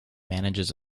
manages